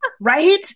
Right